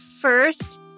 first